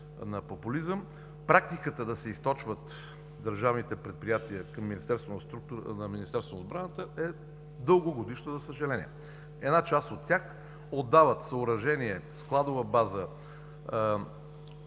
популизъм. Практиката да се източват държавните предприятия към Министерството на отбраната е дългогодишна, за съжаление. Една част от тях отдават съоръжения, складова база,